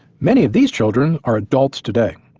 many of these children are adults today.